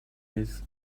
with